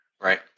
Right